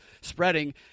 spreading